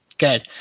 Good